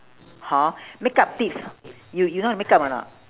hor makeup tips y~ you know how to makeup or not